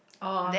oh